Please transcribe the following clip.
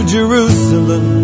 Jerusalem